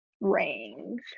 range